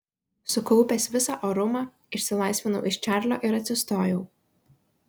sukaupęs visą orumą išsilaisvinau iš čarlio ir atsistojau